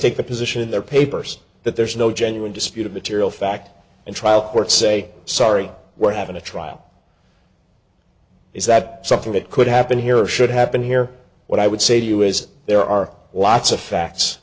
take the position in their papers that there's no genuine disputed material fact in trial court say sorry we're having a trial is that something that could happen here or should happen here what i would say to you is there are lots of facts